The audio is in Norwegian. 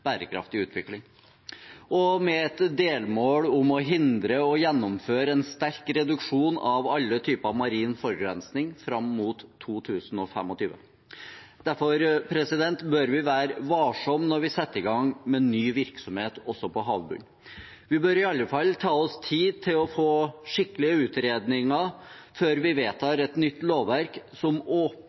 bærekraftig utvikling, og med et delmål om å forhindre, og gjennomføre en sterk reduksjon av, alle typer marin forurensning fram mot 2025. Derfor bør vi være varsomme når vi setter i gang med ny virksomhet også på havbunnen. Vi bør iallfall ta oss tid til å få skikkelige utredninger før vi vedtar et nytt lovverk som